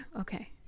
okay